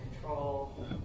control